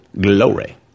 Glory